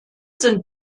sind